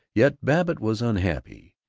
yet babbitt was unhappy.